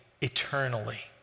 eternally